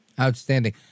Outstanding